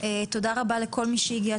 תודה רבה לכל מי שהגיע,